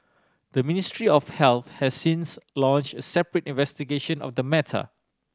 the Ministry of Health has since launch a separate investigation of the matter